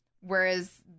Whereas